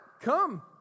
come